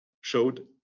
showed